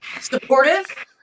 Supportive